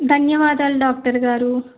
ధన్యవాదాలు డాక్టర్ గారు